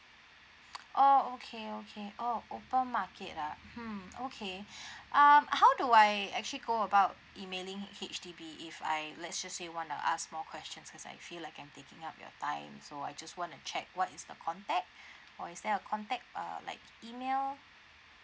oh okay okay oh open market ah hmm okay um how do I actually go about emailing H_D_B if I let's just say wanna ask more questions cause I feel like I'm taking up your time so I just want to check what is the contact or is there a contact uh like an email